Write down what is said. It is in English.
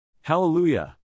Hallelujah